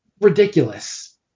ridiculous